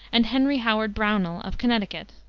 and henry howard brownell, of connecticut.